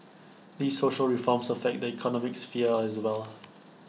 these social reforms affect the economic sphere as well